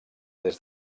des